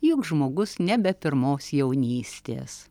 juk žmogus nebe pirmos jaunystės